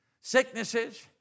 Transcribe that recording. sicknesses